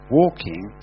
walking